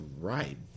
right